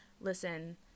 listen